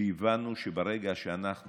הבנו שברגע שאנחנו